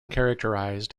characterized